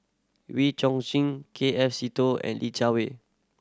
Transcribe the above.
Wee Chong Xin K F Seetoh and Li Jiawei